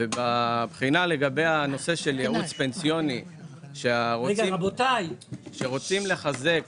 בבחינה לגבי הנושא של ייעוץ פנסיוני שרוצים לחזק